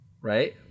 right